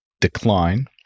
decline